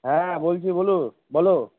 হ্যাঁ বলছি বলো বলো